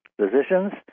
physicians